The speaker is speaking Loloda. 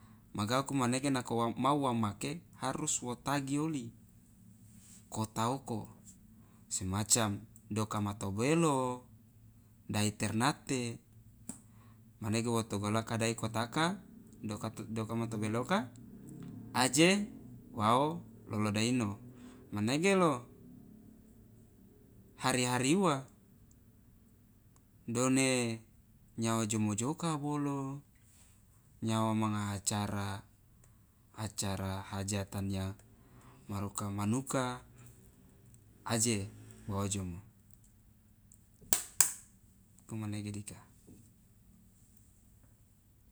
magauku manege nako wa mau wa make harus wo tagi oli kota oko semacam dokama tobelo dai ternate manege wo tugalaka dai kotaka dokama tobeloka aje waao lolodaino manege lo hari hari uwa done nyawa jomojoka bolo nyawa manga acara acara hajatan yang maruka manuka aje aje wa ojomo komanege dika.